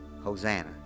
Hosanna